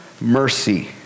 mercy